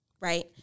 Right